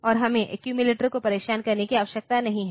और हमें एक्यूमिलेटर को परेशान करने की आवश्यकता नहीं है